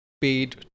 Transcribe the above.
paid